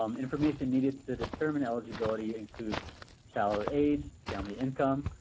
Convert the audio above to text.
um information needed to determine eligibility includes child age, family income,